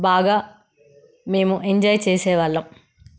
బాగా మేము ఎంజాయ్ చేసే వాళ్ళము